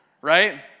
right